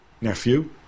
nephew